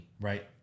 Right